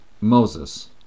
Moses